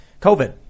COVID